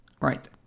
Right